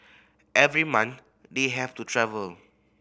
every month they have to travel